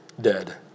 dead